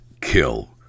kill